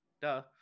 duh